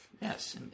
Yes